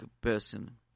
person